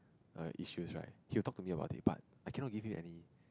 issue right he will talk to me about this but I cannot give you any